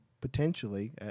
potentially